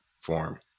form